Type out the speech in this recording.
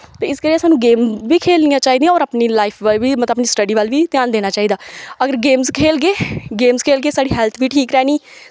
ते इस करियै स्हानू गेमस बी खेलनियां चाही दियां और अपनी लाईफ और अपनी सटडी बल बी ध्यान देना चाही दा अगर गेमस खेलगे गेमस खेलगे साढ़ी हैल्थ बी ठीक रैह्नी